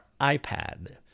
iPad